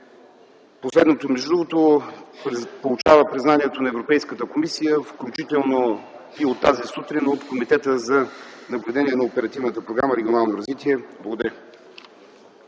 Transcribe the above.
последното, между другото, получихме признанието на Европейската комисия, включително и тази сутрин от Комитета за наблюдение на Оперативната програма „Регионално развитие”. Благодаря.